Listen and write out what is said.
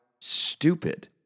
stupid